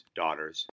daughters